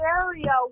area